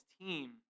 team